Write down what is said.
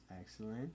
excellent